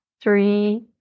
three